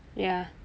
ya